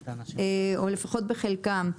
או לפחות בחלקן.